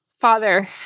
Father